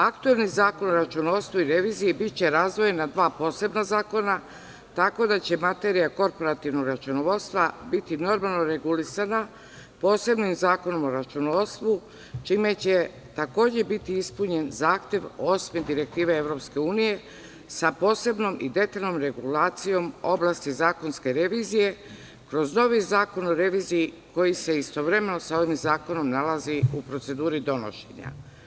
Aktuelni Zakon o računovodstvu i reviziji biće razdvojen na dva posebna zakona, tako da će materija korporativnog računovodstva biti normalno regulisana posebnim zakonom o računovodstvu, čime će takođe biti ispunjen zahtev Osme direktive EU sa posebnom i detaljnom regulacijom oblasti zakonske revizije kroz novi zakon o reviziji koji se sa ovim zakonom nalazi u proceduri donošenja.